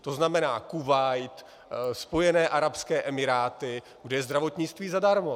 To znamená Kuvajt, Spojené arabské emiráty, kde je zdravotnictví zadarmo.